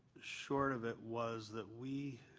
short of it was that we